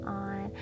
on